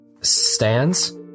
stands